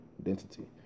identity